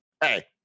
Hey